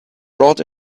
brought